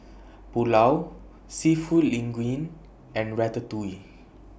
Pulao Seafood Linguine and Ratatouille